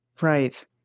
Right